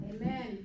Amen